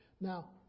Now